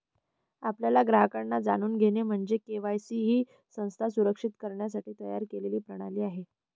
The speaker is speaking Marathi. आपल्या ग्राहकांना जाणून घेणे म्हणजे के.वाय.सी ही संस्था सुरक्षित करण्यासाठी तयार केलेली प्रणाली आहे